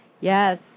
Yes